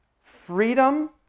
Freedom